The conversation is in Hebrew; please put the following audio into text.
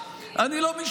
אני לא עורך דין.